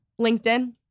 LinkedIn